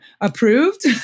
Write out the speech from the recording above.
approved